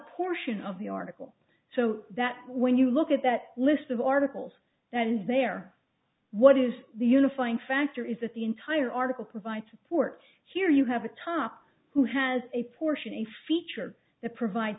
portion of the article so that when you look at that list of articles that is there what is the unifying factor is that the entire article provide support here you have a top who has a portion a feature that provide